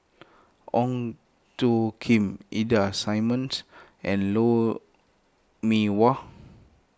Ong Tjoe Kim Ida Simmons and Lou Mee Wah